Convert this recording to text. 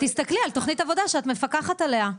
תסתכלי על תוכנית עבודה שאת מפקחת עליה.